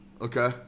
Okay